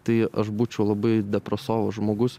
tai aš būčiau labai depresovas žmogus